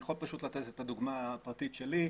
אני יכול לתת את הדוגמה הפרטית שלי.